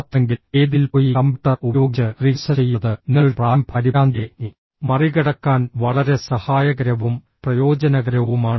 സാധ്യമെങ്കിൽ വേദിയിൽ പോയി കമ്പ്യൂട്ടർ ഉപയോഗിച്ച് റിഹേഴ്സൽ ചെയ്യുന്നത് നിങ്ങളുടെ പ്രാരംഭ പരിഭ്രാന്തിയെ മറികടക്കാൻ വളരെ സഹായകരവും പ്രയോജനകരവുമാണ്